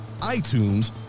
iTunes